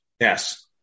Yes